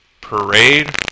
parade